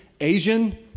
Asian